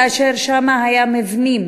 כאשר שם היו מבנים